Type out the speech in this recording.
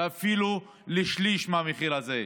אפילו לא לשליש מהמחיר הזה.